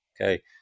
Okay